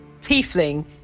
tiefling